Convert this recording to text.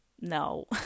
no